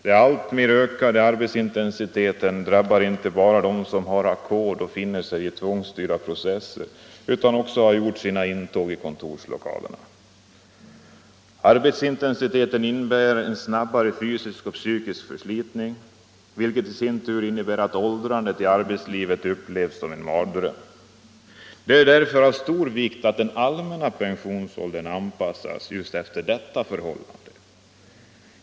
Den alltmer ökade arbetsintensiteten drabbar inte bara dem som har ackord och finner sig i tvångsstyrda processer utan den har också gjort sitt intåg i kontorslokalerna. Arbetsintensiteten innebär en snabbare fysisk och psykisk förslitning, vilket i sin tur innebär att åldrandet i arbetslivet upplevs som en mardröm. Det är därför av stor vikt att den allmänna pensionsåldern anpassas just efter detta förhållande.